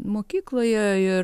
mokykloje ir